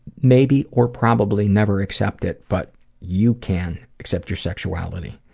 maybe or probably never accept it, but you can accept your sexuality.